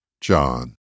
John